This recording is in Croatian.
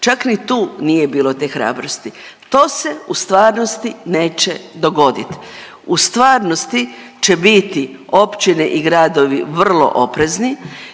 Čak ni tu nije bilo te hrabrosti. To se u stvarnosti neće dogodit, u stvarnosti će biti općine i gradovi vrlo oprezni